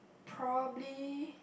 probably